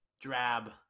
drab